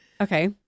Okay